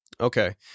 Okay